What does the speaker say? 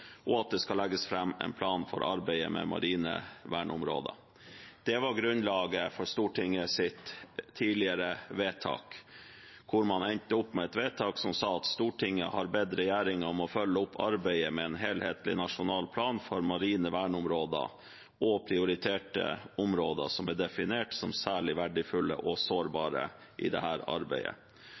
og at det skal legges fram en plan for arbeidet med marine verneområder. Det var grunnlaget for Stortingets tidligere vedtak, der man sa: «Stortinget ber regjeringen om å følge opp arbeidet med en helhetlig nasjonal plan for marine verneområder og prioritere områdene som er definert som særlig verdifulle og sårbare i dette arbeidet.